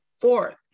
Fourth